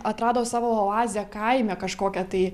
atrado savo oazę kaime kažkokią tai